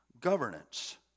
governance